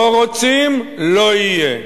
לא רוצים, לא יהיה.